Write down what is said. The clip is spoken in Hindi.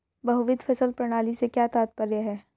बहुविध फसल प्रणाली से क्या तात्पर्य है?